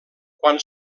quan